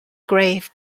grave